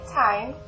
time